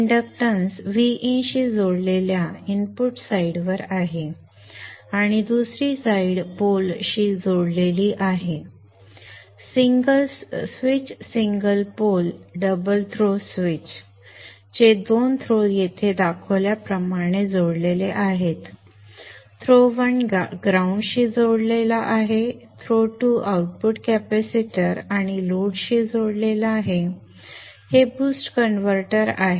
inductance Vin शी जोडलेल्या input बाजूवर आहे दुसरी बाजू पोल शी जोडलेली आहे switch single pole double throw switch चे दोन थ्रो येथे दाखवल्याप्रमाणे जोडलेले आहेत थ्रो 1 ग्राउंड शी जोडलेला आहे थ्रो 2 आउटपुट कॅपेसिटर आणि लोडशी जोडलेला आहे हे बूस्ट कन्व्हर्टर आहे